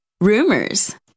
rumors